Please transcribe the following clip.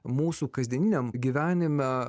mūsų kasdieniniam gyvenime